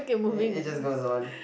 uh it just goes on